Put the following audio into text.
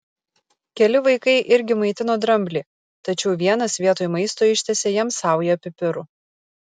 keli vaikai irgi maitino dramblį tačiau vienas vietoj maisto ištiesė jam saują pipirų